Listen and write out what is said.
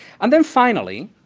and then finally,